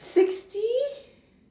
sixty